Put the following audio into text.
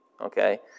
Okay